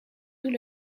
tout